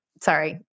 Sorry